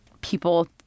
people